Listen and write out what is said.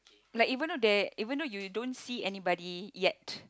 like even though there even though you don't see anybody yet